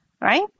Right